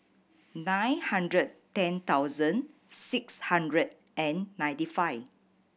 nine hundred ten thousand six hundred and ninety five